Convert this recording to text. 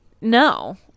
No